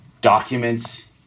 Documents